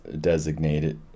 designated